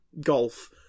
golf